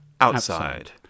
outside